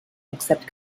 except